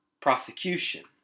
prosecution